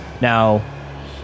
now